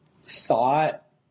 thought